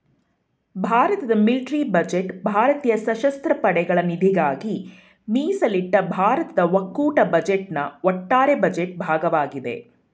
ಭಾರತದ military budget ಭಾರತೀಯ ಸಶಸ್ತ್ರ ಪಡೆಗಳ ನಿಧಿಗಾಗಿ ಮೀಸಲಿಟ್ಟ ಭಾರತದ ಒಕ್ಕೂಟ ಬಜೆಟ್ನ ಒಟ್ಟಾರೆ ಬಜೆಟ್ ಭಾಗವಾಗಿದೆ